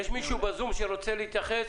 יש מישהו בזום שרוצה להתייחס?